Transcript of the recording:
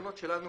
התקנות שלנו